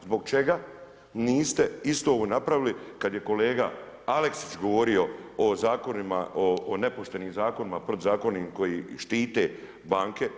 Zbog čega niste isto ovo napravili kad je kolega Aleksić govorio o zakonima, o nepoštenim zakonima, protiv zakona koji štite banke.